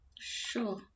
sure